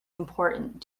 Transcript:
important